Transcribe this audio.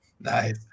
Nice